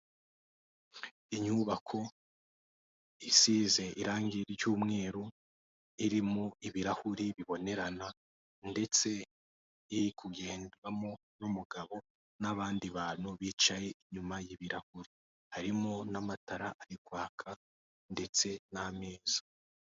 Inyubako isize irangi ry'umweru, irimo ibirahuri bibonerana, ndetse iri kugendwamo n'umugabo n'abandi bantu bicaye inyuma y'ibirahuri, harimo n'amatara ari kwaka ndetse n'ameza.